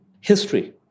history